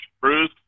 Bruce